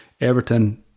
Everton